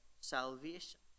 salvation